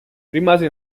rimase